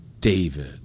David